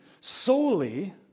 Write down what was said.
solely